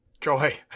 Joy